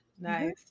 Nice